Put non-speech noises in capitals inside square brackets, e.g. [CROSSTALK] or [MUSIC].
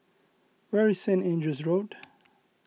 where is Saint Andrew's Road [NOISE]